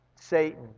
satan